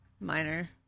minor